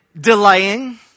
delaying